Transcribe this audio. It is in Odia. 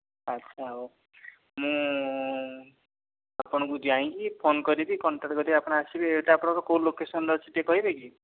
ଆଚ୍ଛା ହେଉ ମୁଁ ଆପଣଙ୍କୁ ଯାଇଁକି ଫୋନ୍ କରିକି କଣ୍ଟାକ୍ଟ କରିବି ଆପଣ ଆସିବେ ଏଇଟା ଆପଣଙ୍କ କେଉଁ ଲୋକେସନ୍ରେ ଅଛି ଆପଣ କହିବେ କି